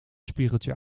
spiegeltje